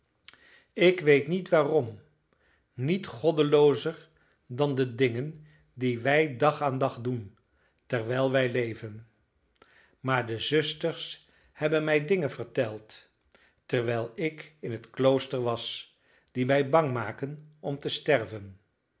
ik weet niet waarom niet goddeloozer dan de dingen die wij dag aan dag doen terwijl wij leven maar de zusters hebben mij dingen verteld terwijl ik in het klooster was die mij bang maken om te sterven